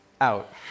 Out